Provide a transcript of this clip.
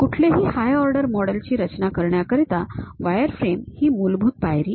कुठलेही high order model ची रचना करण्याकरिता वायरफ्रेम ही एक मूलभूत पायरी आहे